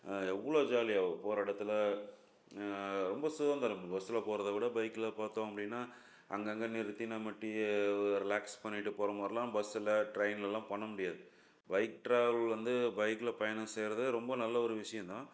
எவ்வளோ ஜாலியாவும் போகிற இடத்துல ரொம்ப சுதந்திரம் பஸ்ஸில் போகிறத விட பைக்கில் பார்த்தோம் அப்படின்னா அங்கங்கே நிறுத்தி நம்ம டீ ரிலாக்ஸ் பண்ணிட்டு போகிற மாதிரிலாம் பஸ்ஸில் ட்ரெயின்லலாம் பண்ண முடியாது பைக் ட்ராவல் வந்து பைக்கில் பயணம் செய்கிறது ரொம்ப நல்ல ஒரு விஷயந்தான்